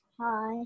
Hi